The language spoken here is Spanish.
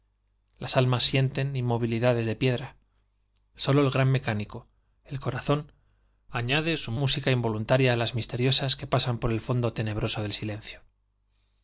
las almas sienten inmovilidades de piedra sólo el gran mecánico el corazón añade su música involuntaria á las misteriosas que pasan por el fondo tenebroso del silencio